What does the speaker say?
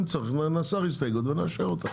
אם צריך, ננסח הסתייגות ונאשר אותה.